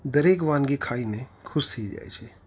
દરેક વાનગી ખાઈને ખુશ થઈ જાય છે